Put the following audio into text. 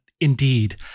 indeed